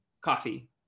coffee